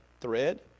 thread